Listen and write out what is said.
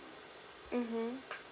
mmhmm